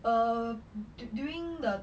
err during the